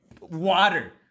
water